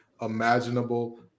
imaginable